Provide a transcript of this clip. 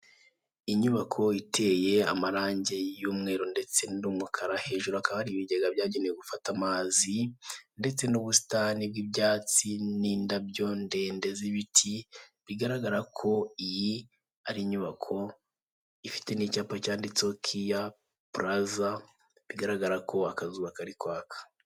Inyubako iteye amarangi y'umweru ndetse n'umukara, hejuru hakaba hari ibigega byagenewe gufata amazi ndetse n'ubusitani bw'ibyatsi n'indabyo ndende z'ibiti, bigaragara ko iyi ari inyubako ifite n'icyapa cyanditseho Kiya Pulaza, bigaragara ko akazuba kari kwaka.